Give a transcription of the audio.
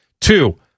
Two